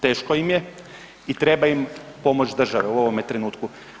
Teško im je i treba im pomoć države u ovom trenutku.